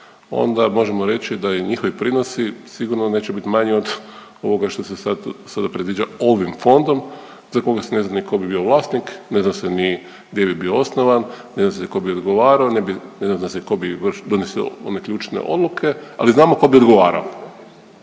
onda možemo reći da i njihovi prinosi sigurno neće biti manji od ovoga što se sad, sada predviđa ovim fondom za koga se ne zna ni tko bi bio vlasnik, ne zna se ni gdje bi bio osnovan, ne zna se tko odgovarao, ne zna se tko bi donosio one ključne odluke, ali znamo tko bi odgovarao.